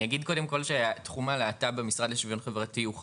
אני אגיד קודם כל שתחום הלהט"ב המשרד לשוויון חברתי הוא חדש,